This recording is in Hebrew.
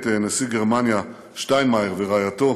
את נשיא גרמניה שטיינמאייר ורעייתו.